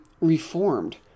reformed